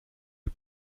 les